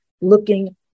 looking